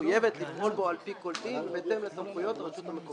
שמחויבת לפעול על פי כל דין בהתאם לסמכויות הרשות המקומית.